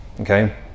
okay